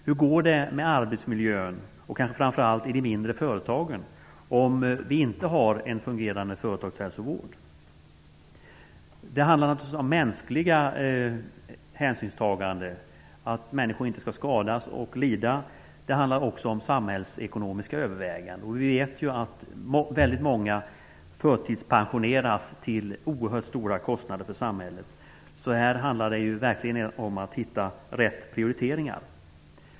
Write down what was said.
Hur går det med arbetsmiljön och kanske framför allt i de mindre företagen om vi inte har en fungerande företagshälsovård? Det handlar naturligtvis om mänskliga hänsynstaganden. Människor skall inte skadas eller lida. Det handlar också om samhällsekonomiska överväganden. Vi vet att många förtidspensioneras till oerhört stora kostnader för samhället. Det handlar alltså verkligen om att hitta rätt prioriteringar.